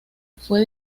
fue